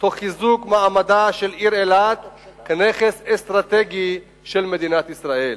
תוך חיזוק מעמדה של העיר אילת כנכס אסטרטגי של מדינת ישראל.